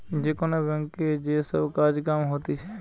যে কোন ব্যাংকে যে সব কাজ কাম হতিছে